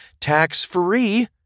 tax-free